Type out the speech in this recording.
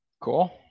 Cool